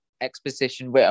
exposition